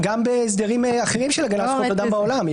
המילים תכלית ראויה מופיעות גם בהסדרים אחרים של הגנת זכויות אדם בעולם.